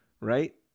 Right